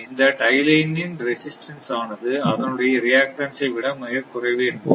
இந்த tie line இன் resistant ஆனது அதனுடைய ரிஆக்டன்ஸ் விட மிக குறைவு என்போம்